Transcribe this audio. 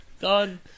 done